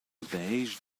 beige